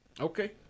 Okay